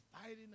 fighting